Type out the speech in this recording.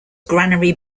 granary